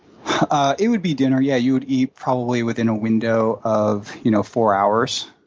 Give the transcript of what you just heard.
it would be dinner, yeah. you would eat probably within a window of you know four hours.